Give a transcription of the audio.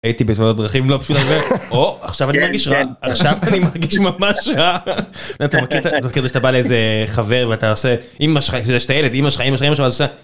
הייתי בתאונת דרכים לא פשוט, או עכשיו אני מרגיש רע, עכשיו אני מרגיש ממש רע. אתה מכיר שאתה בא לאיזה חבר ואתה עושה אמא שלך – כשאתה ילד – אמא שלך.